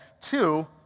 Two